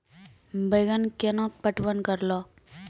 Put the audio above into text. बैंगन केना पटवन करऽ लो?